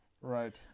Right